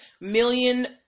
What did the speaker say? million